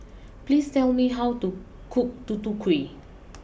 please tell me how to cook Tutu Kueh